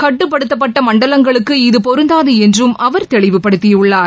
கட்டுப்படுத்தப்பட்ட மண்டலங்களுக்கு இது பொருந்தாது என்றம் அவர் தெளிவுபடுத்தியுள்ளார்